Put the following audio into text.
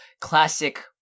classic